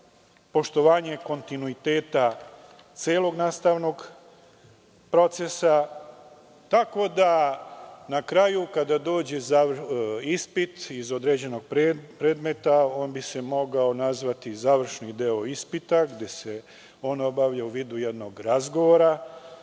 poštovanje kontinuiteta celog nastavnog procesa, itd. Na kraju, kada dođe ispit iz određenog predmeta, on bi se mogao nazvati završni deo ispita, gde se on obavlja u vidu jednog razgovora,